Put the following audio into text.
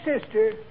sister